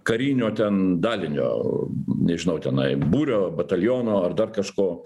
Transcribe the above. karinio ten dalinio nežinau tenai būrio bataliono ar dar kažko